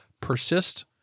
persist